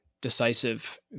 decisive